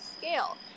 scale